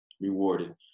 rewarded